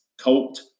Colt